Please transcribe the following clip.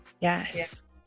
Yes